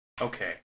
Okay